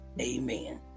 Amen